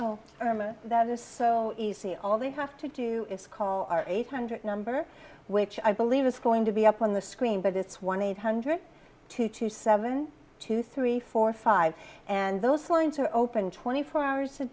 oh that is so easy all they have to do is call our eight hundred number which i believe is going to be up on the screen but it's one eight hundred two two seven two three four five and those lines are open twenty four hours a